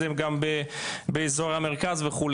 זה גם באזור המרכז וכו',